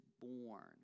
born